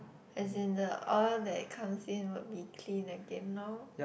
as in the oil that comes in would be clean again lor